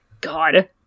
God